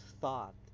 thought